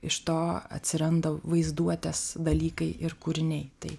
iš to atsiranda vaizduotės dalykai ir kūriniai tai